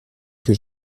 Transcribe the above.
que